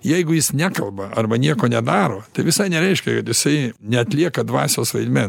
jeigu jis nekalba arba nieko nedaro tai visai nereiškia jog jisai neatlieka dvasios vaidmens